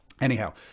Anyhow